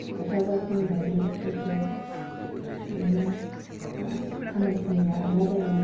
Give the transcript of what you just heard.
क'क्राझारफोरनि बायदि एखे बिनि तामुलपुरनिया आलादा जायो